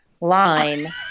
line